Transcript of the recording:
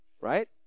Right